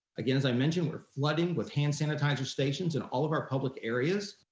again, as i mentioned, we're flooding with hand sanitizer stations in all of our public areas.